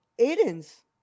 Aiden's